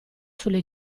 sulle